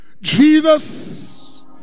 Jesus